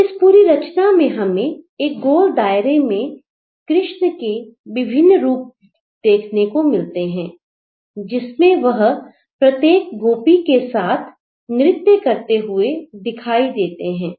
तो इस पूरी रचना में हमें एक गोल दायरे में कृष्ण के विभिन्न रूप देखने को मिलते हैं जिसमें वह प्रत्येक गोपी के साथ नृत्य करते हुए दिखाई देते हैं